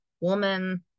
woman